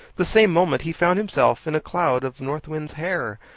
the same moment he found himself in a cloud of north wind's hair,